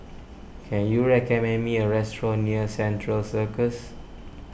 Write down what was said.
can you recommend me a restaurant near Central Circus